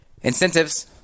Incentives